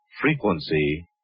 frequency